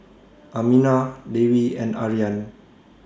Aminah Dewi and Aryan